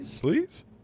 Please